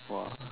!wah!